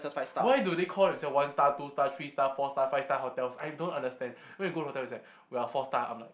why do they call themselves one star two star three star four star five star hotels I don't understand when you go to the hotel it's like we're four star I'm like